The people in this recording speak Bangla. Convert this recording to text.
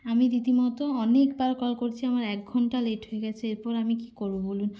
আমি রীতিমতো অনেকবার কল করছি আমার এক ঘন্টা লেট হয়ে গেছে এরপর আমি কী করবো বলুন